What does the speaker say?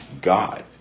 God